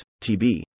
tb